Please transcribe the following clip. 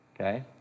Okay